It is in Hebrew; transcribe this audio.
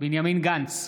בנימין גנץ,